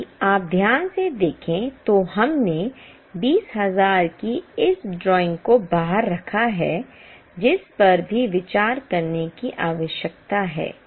यदि आप ध्यान से देखें तो हमने 20000 की इस ड्राइंग को बाहर रखा है जिस पर भी विचार करने की आवश्यकता है